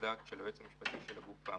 דעת של היועץ המשפטי של הגוף האמור,